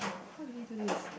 how do we do this